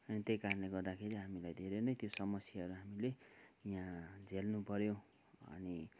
अनि त्यही कारणले गर्दाखेरि हामीलाई धेरै नै त्यो समस्याहरू हामीले यहाँ झेल्नुपऱ्यो अनि